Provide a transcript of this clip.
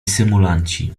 symulanci